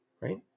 Right